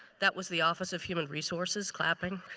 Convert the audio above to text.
that was the office of human resources clapping.